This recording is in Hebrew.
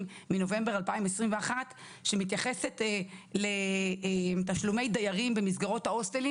מחודש נובמבר 2021 שמתייחס לתשלומי דיירים במסגרות ההוסטלים